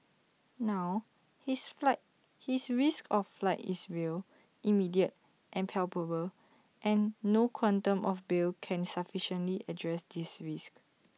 now his flight his risk of flight is real immediate and palpable and no quantum of bail can sufficiently address this risk